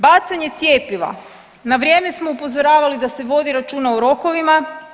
Bacanje cjepiva, na vrijeme smo upozoravali da se vodi računa o rokovima.